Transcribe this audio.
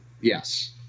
Yes